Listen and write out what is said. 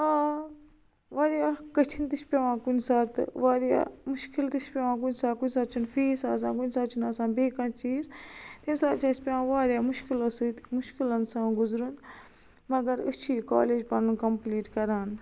آ واریاہ کٹھِن تہِ چھُ پیوان کُنۍ ساتہٕ تہٕ واریاہ مُشکِل تہِ چھُ پیوان کُنۍ ساتہٕ کُنۍ ساتہٕ چھُ نہ فیس آسان کُنۍ ساتہِ چھُ نہ آسان بیٚیہِ کانٛہہ چیز کُنۍ ساتہٕ چھُ پیوان اسہِ واریاہ مُشکِلن سۭتۍ مُشکِلَن سان گُزرُن مگر أسۍ چھِ یہ کالیج پنُن کمپلیٹ کران